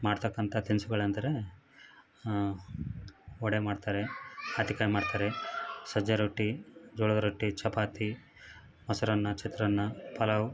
ಮಾಡ್ತಕ್ಕಂಥ ತಿನಿಸುಗಳಂದ್ರೆ ವಡೆ ಮಾಡ್ತಾರೆ ಹತ್ತಿಕಾಯಿ ಮಾಡ್ತಾರೆ ಸಜ್ಜೆ ರೊಟ್ಟಿ ಜೋಳದ ರೊಟ್ಟಿ ಚಪಾತಿ ಮೊಸರನ್ನ ಚಿತ್ರಾನ್ನ ಪಲಾವ್